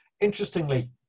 Interestingly